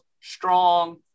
strong